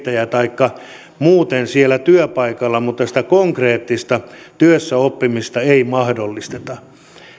kahvinkeittäjä taikka muuten siellä työpaikalla mutta sitä konkreettista työssäoppimista ei mahdollisteta